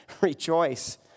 Rejoice